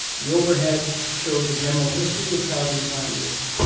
the overhead shows a general history of calgary's sign rules.